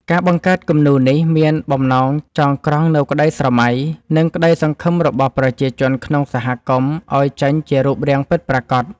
ការបង្កើតគំនូរនេះមានបំណងចងក្រងនូវក្តីស្រមៃ និងក្តីសង្ឃឹមរបស់ប្រជាជនក្នុងសហគមន៍ឱ្យចេញជារូបរាងពិតប្រាកដ។